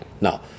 Now